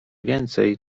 więcej